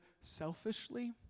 selfishly